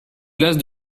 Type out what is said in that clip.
glace